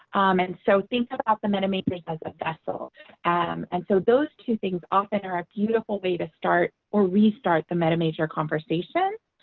um and so think about the meta majors as a vessel and um and so those two things often are a beautiful way to start or restart the meta major